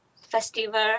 festival